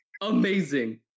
amazing